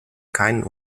keinen